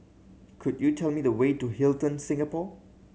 could you tell me the way to Hilton Singapore